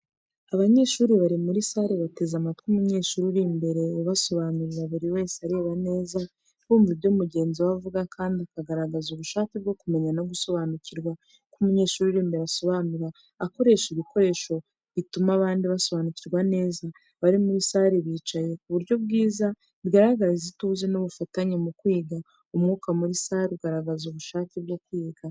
Abanyeshuri bari muri sale bateze amatwi umunyeshuri uri imbere ubasobanurira buri wese areba neza, bumva ibyo mugenzi we avuga kandi akagaragaza ubushake bwo kumenya no gusobanukirwa. Uko umunyeshuri uri imbere asobanura, akoresha ibikoresho, bituma abandi basobanukirwa neza. Abari muri salle bicaye mu buryo bwiza, bigaragaza ituze n’ubufatanye mu kwiga. Umwuka uri muri salle ugaragaza ubushake bwo kwiga.